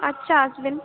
আচ্ছা আসবেন